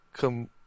Come